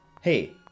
hey